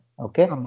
okay